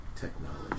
technology